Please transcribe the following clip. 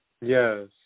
Yes